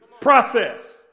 Process